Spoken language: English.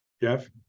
Jeff